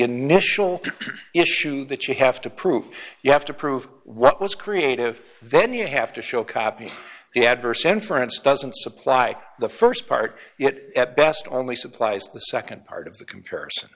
initial issue that you have to prove you have to prove what was creative then you have to show copy the adverse inference doesn't supply the st part it at best only supplies the nd part of the comparison